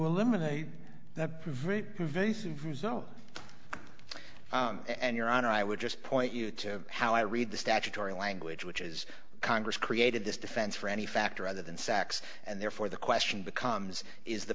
eliminate that very pervasive result and your honor i would just point you to how i read the statutory language which is congress created this defense for any factor other than sex and therefore the question becomes is the